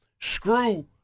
Screw